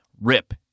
rip